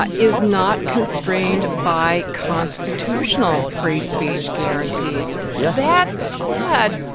but is not constrained by constitutional free speech guarantees yeah that said,